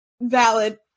valid